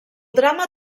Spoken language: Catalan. drama